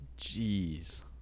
Jeez